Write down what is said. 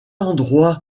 endroit